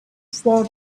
for